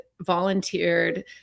volunteered